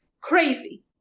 crazy